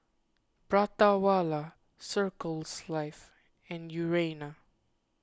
Prata Wala Circles Life and Urana